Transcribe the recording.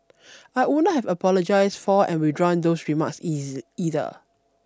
I would not have apologised for and withdrawn those remarks easy either